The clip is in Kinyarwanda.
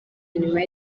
nyuma